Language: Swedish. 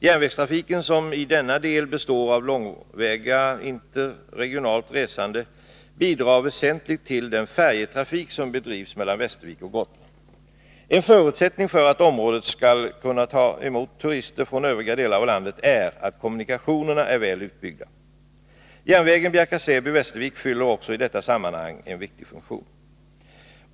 Järnvägstrafiken, som i denna del består av långväga interregionalt resande, bidrar väsentligt till den färjetrafik som bedrivs mellan Västervik och Gotland. En förutsättning för att området skall kunna ta emot turister från övriga delar av landet är att kommunikationerna är väl utbyggda. Järnvägen Bjärka/Säby-Västervik fyller också i detta sammanhang en viktig funktion.